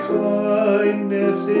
kindness